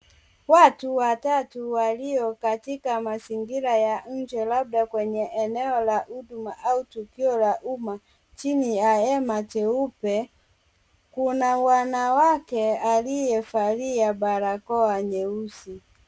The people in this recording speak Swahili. Watu watatu walio katika mazingira ya nje, labda kwenye eneo la huduma au tukio la umma chini ya hema jeupe, kuna m wanawake aliyevalia barakoa nyeusi.